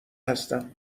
هستم